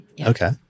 Okay